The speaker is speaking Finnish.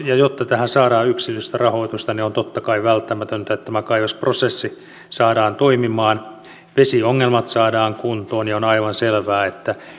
ja jotta tähän saadaan yksityistä rahoitusta niin on totta kai välttämätöntä että tämä kaivosprosessi saadaan toimimaan vesiongelmat saadaan kuntoon ja on aivan selvää että